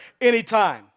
anytime